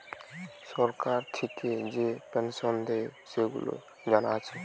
সরকার থিকে যে পেনসন দেয়, সেগুলা জানা আছে